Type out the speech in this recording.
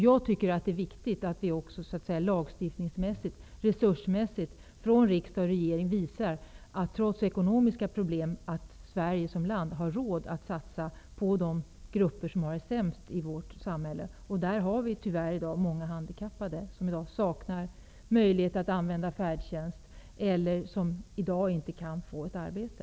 Jag tycker att det är viktigt att regering och riksdag resursmässigt och lagstiftningsmässigt visar att Sverige som land har råd att satsa på de grupper som har det sämst i vårt samhälle. Det är i dag tyvärr många handikappade som saknar möjlighet att använda sig av färdtjänst eller saknar möjlighet att få ett arbete.